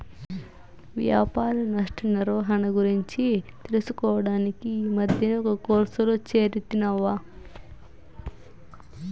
వ్యాపార నష్ట నిర్వహణ గురించి తెలుసుకోడానికి ఈ మద్దినే ఒక కోర్సులో చేరితిని అవ్వా